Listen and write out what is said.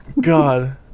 God